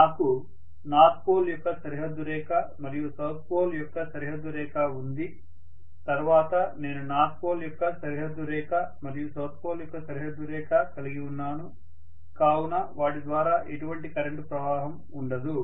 నాకు north pole యొక్క సరిహద్దు రేఖ మరియు సౌత్ పోల్ యొక్క సరిహద్దు రేఖ ఉంది తర్వాత నేను నార్త్ పోల్ యొక్క సరిహద్దు రేఖ మరియు సౌత్ పోల్ యొక్క సరిహద్దు రేఖ కలిగి ఉన్నాను కావున వాటి ద్వారా ఎటువంటి కరెంటు ప్రవాహం ఉండదు